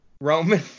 Roman